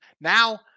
Now